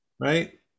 right